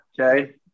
Okay